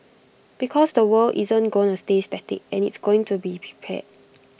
because the world isn't gonna stay static and it's going to be prepared